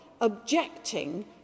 objecting